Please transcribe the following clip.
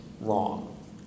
wrong